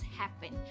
happen